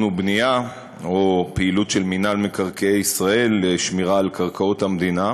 ובנייה או פעילות של מנהל מקרקעי ישראל לשמירה על קרקעות המדינה,